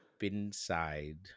inside